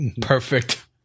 perfect